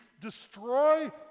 destroy